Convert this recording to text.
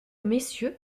messieurs